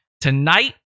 tonight